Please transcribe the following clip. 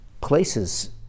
places